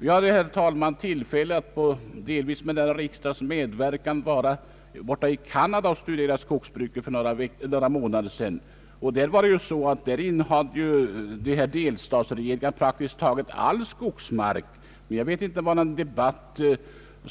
Jag har haft tillfälle, herr talman, att delvis med denna riksdags medverkan för några månader sedan besöka Cana da och studera dess skogsbruk. Där innehade delstatsregeringarna praktiskt taget all skogsmark. Jag hörde inte talas om någon debatt